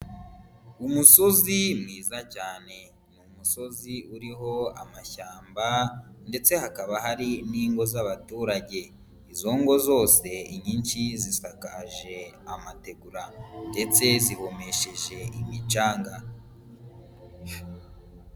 Umusozi mwiza cyane, ni umusozi uriho amashyamba ndetse hakaba hari n'ingo z'abaturage. Izo ngo zose inyinshi zisakaje amategura ndetse zihomesheje imicanga.